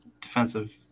defensive